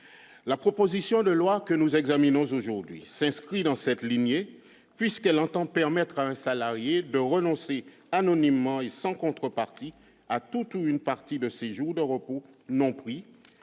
La proposition de loi que nous examinons aujourd'hui s'inscrit dans cette lignée, en tendant à permettre à un salarié de renoncer anonymement et sans contrepartie à tout ou partie de ses jours de repos non pris,